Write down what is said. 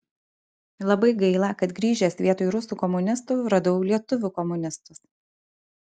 labai gaila kad grįžęs vietoj rusų komunistų radau lietuvių komunistus